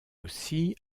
aussi